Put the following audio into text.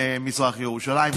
מזרח ירושלים.